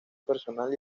personal